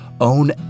Own